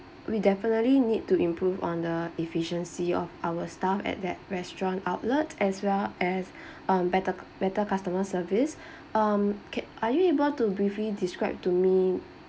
we definitely need to improve on the efficiency of our staff at that restaurant outlet as well as um better better customer service um can uh are you able to briefly describe to me